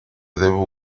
debo